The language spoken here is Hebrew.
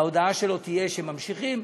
וההודעה שלו תהיה שממשיכים.